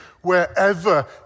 wherever